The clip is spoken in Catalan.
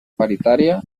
paritària